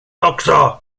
också